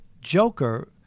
Joker